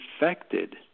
infected